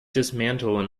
dismantle